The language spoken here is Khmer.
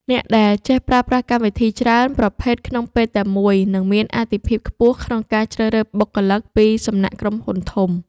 អ្នកដែលចេះប្រើប្រាស់កម្មវិធីច្រើនប្រភេទក្នុងពេលតែមួយនឹងមានអាទិភាពខ្ពស់ក្នុងការជ្រើសរើសបុគ្គលិកពីសំណាក់ក្រុមហ៊ុនធំ។